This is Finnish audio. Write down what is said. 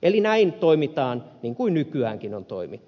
eli toimitaan niin kuin nykyäänkin on toimittu